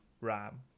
Ram